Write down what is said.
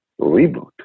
Reboot